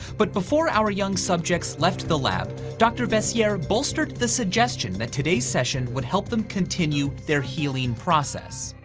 but before our young subjects left the lab, dr. veissiere bolstered the suggestion that today's session would help them continue their healing process.